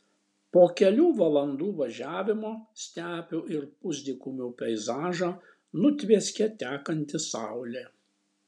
po kelių valandų važiavimo stepių ir pusdykumių peizažą nutvieskė tekanti saulė